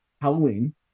Halloween